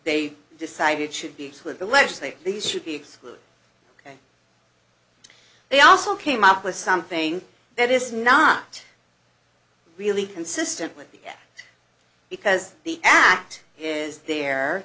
they decided should be with the legislature these should be excluded and they also came up with something that is not really consistent with the because the act is there